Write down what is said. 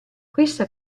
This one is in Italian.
questa